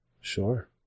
Sure